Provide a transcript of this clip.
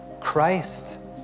Christ